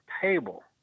table